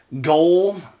Goal